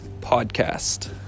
podcast